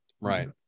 right